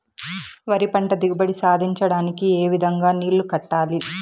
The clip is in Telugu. వరి పంట దిగుబడి సాధించడానికి, ఏ విధంగా నీళ్లు కట్టాలి?